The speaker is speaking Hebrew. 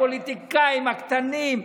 הפוליטיקאים הקטנים,